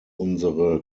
unsere